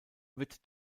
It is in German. wird